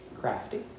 crafty